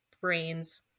brains